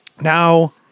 Now